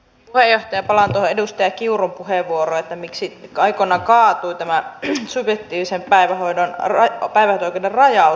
palaan tuohon edustaja kiurun puheenvuoroon siitä miksi aikoinaan kaatui tämä subjektiivisen päivähoito oikeuden rajaus